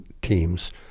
teams